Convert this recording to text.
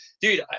Dude